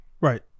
Right